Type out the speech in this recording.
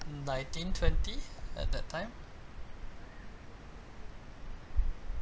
nineteen twenty at that time